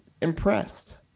impressed